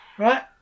Right